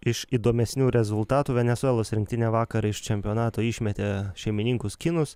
iš įdomesnių rezultatų venesuelos rinktinė vakar iš čempionato išmetė šeimininkus kinus